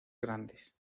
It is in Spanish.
grandes